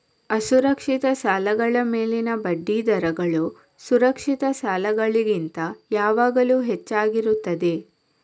ಅಸುರಕ್ಷಿತ ಸಾಲಗಳ ಮೇಲಿನ ಬಡ್ಡಿ ದರಗಳು ಸುರಕ್ಷಿತ ಸಾಲಗಳಿಗಿಂತ ಯಾವಾಗಲೂ ಹೆಚ್ಚಾಗಿರುತ್ತದೆ